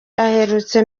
aherutse